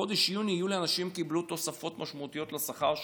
בחודש יוני-יולי אנשים קיבלו תוספות משמעותיות לשכר שלהם,